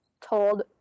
told